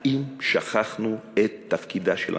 האם שכחנו את תפקידה של המדינה?